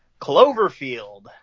Cloverfield